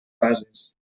bases